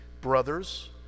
brothers